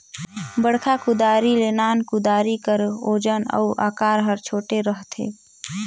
बड़खा कुदारी ले नान कुदारी कर ओजन अउ अकार हर छोटे रहथे